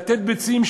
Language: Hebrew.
לתת ביצים,